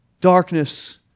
Darkness